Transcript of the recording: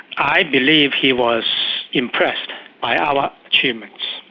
i believe he was impressed by our achievements.